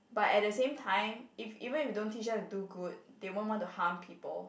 but at the same time if even if you don't teach them to do good they won't want to harm people